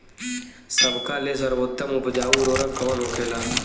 सबका ले सर्वोत्तम उपजाऊ उर्वरक कवन होखेला?